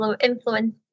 influence